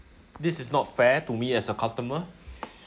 this is not fair to me as a customer